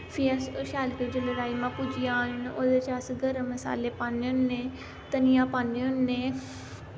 फ्ही अस ओ शैल करियै जेल्ले राजमां भुज्जी जान ओह्दे च अस गर्म मसाले पान्ने होने धनियां पान्ने होन्ने